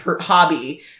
hobby